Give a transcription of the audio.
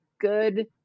good